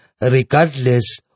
regardless